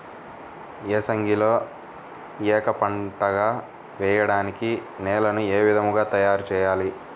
ఏసంగిలో ఏక పంటగ వెయడానికి నేలను ఏ విధముగా తయారుచేయాలి?